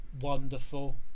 wonderful